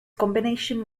combination